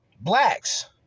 blacks